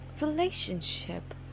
Relationship